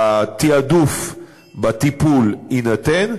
התעדוף בטיפול יינתן.